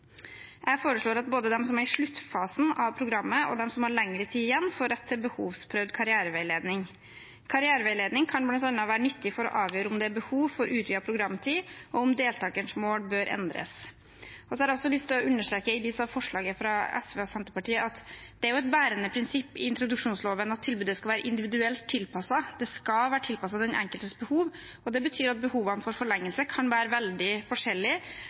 Jeg foreslår at både de som er i sluttfasen av programmet, og de som har lengre tid igjen, får rett til behovsprøvd karriereveiledning. Karriereveiledning kan være nyttig for bl.a. å avgjøre om det er behov for utvidet programtid, og om deltakerens mål bør endres. I lys av forslaget fra SV og Senterpartiet har jeg også lyst til å understreke at det er et bærende prinsipp i introduksjonsloven at tilbudet skal være individuelt tilpasset. Det skal være tilpasset den enkeltes behov. Det betyr at behovet for forlengelse kan være veldig forskjellig.